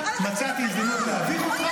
מצאתי הזדמנות להביך אותך,